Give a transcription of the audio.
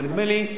ונדמה לי,